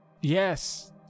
Yes